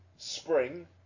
Spring